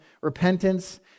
repentance